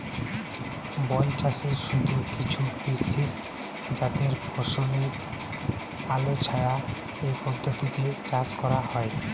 বনচাষে শুধু কিছু বিশেষজাতের ফসলই আলোছায়া এই পদ্ধতিতে চাষ করা হয়